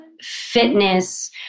fitness